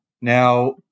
now